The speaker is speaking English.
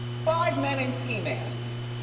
five men in ski masks